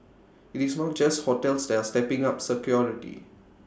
IT is not just hotels that are stepping up security